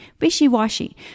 Wishy-washy